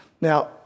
Now